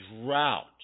drought